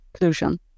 inclusion